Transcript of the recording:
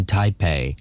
Taipei